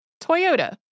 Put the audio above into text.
Toyota